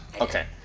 Okay